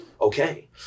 Okay